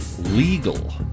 legal